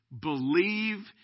Believe